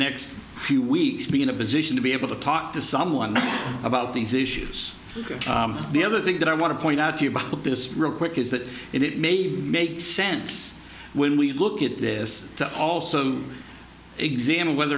next few weeks to be in a position to be able to talk to someone about these issues because the other thing that i want to point out to you about put this real quick is that it made makes sense when we look at this to also examine whether